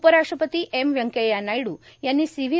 उपराष्ट्रपती एम व्यंकय्या नायडू यांनी सी व्हां